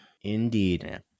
Indeed